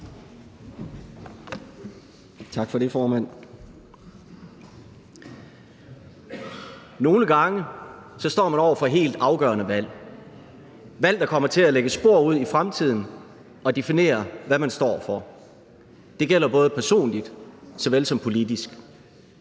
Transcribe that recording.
Nogle gange står man over for helt afgørende valg, valg, der kommer til at lægge spor ud i fremtiden og definere, hvad man står for. Det gælder både personligt og politisk.